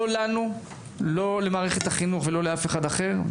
לא לנו ולא למערכת החינוך.